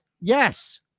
Yes